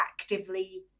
actively